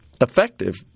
effective